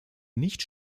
nicht